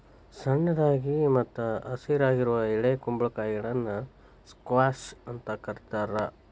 ಸಣ್ಣದಾಗಿ ಮತ್ತ ಹಸಿರಾಗಿರುವ ಎಳೆ ಕುಂಬಳಕಾಯಿಗಳನ್ನ ಸ್ಕ್ವಾಷ್ ಅಂತ ಕರೇತಾರ